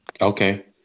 Okay